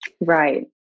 Right